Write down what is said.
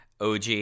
OG